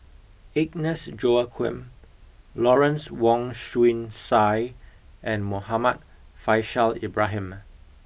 Agnes Joaquim Lawrence Wong Shyun Tsai and Muhammad Faishal Ibrahim